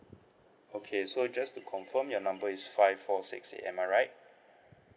okay so just to confirm your number is five four six eight am I right